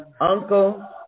uncle